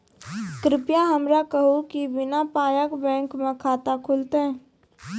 कृपया हमरा कहू कि बिना पायक बैंक मे खाता खुलतै?